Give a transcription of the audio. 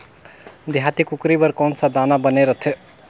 देहाती कुकरी बर कौन सा दाना बने रथे?